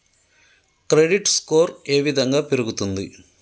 Credit score ఏ విధంగా పెరుగుతుంది?